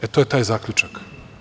E, to je taj zaključak.